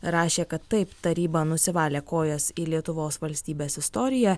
rašė kad taip taryba nusivalė kojas į lietuvos valstybės istoriją